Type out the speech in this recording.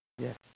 Yes